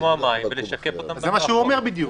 זה מה שאני אומר.